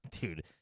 Dude